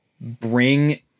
bring